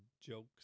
jokes